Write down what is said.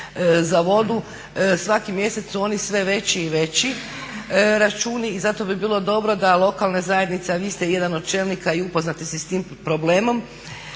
za vodu, svaki mjesec su oni sve veći i veći računi i zato bi bilo dobro da lokalne zajednice a vi ste jedan od čelnika i upoznati ste sa tim problemom,